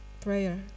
prayer